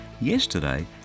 Yesterday